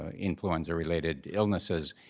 ah influenza related illnesses,